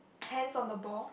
hands on the ball